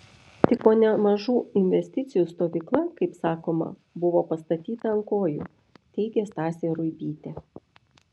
tik po nemažų investicijų stovykla kaip sakoma buvo pastatyta ant kojų teigė stasė ruibytė